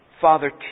Father